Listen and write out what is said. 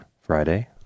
friday